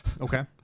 Okay